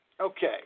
Okay